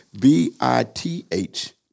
B-I-T-H